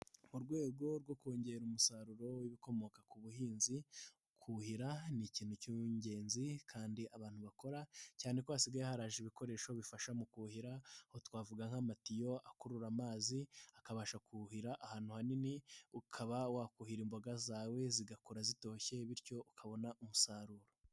Mu rwego rwo kongera umusaruro w'ibikomoka ku buhinzi. Kuhira ni ikintu k'ingenzi kandi abantu bakora cyane ko hasigaye haraje ibikoresho bifasha mu kuhira. Aho twavuga nk'amatiyo akurura amazi, akabasha kuwuhira ahantu hanini. Ukaba wakuhira imboga zawe zigahora zitoshye bityo ukabona umusaruro.